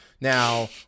Now